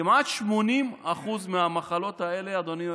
כמעט 80% מהמחלות האלה, אדוני היושב-ראש,